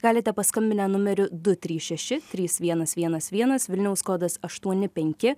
galite paskambinę numeriu du trys šeši trys vienas vienas vienas vilniaus kodas aštuoni penki